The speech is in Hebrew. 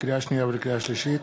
לקריאה שנייה ולקריאה שלישית: